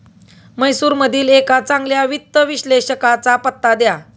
म्हैसूरमधील एका चांगल्या वित्त विश्लेषकाचा पत्ता द्या